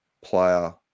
player